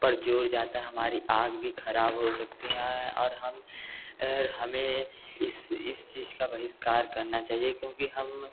पर जोर जाता है हमारी आँख भी खराब हो सकती हैं और हम अगर हमें इस इस चीज का बहिष्कार करना चाहिए क्योंकि हम